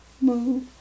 move